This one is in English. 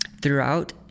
throughout